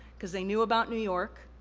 cause they knew about new york,